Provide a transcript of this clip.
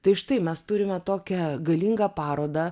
tai štai mes turime tokią galingą parodą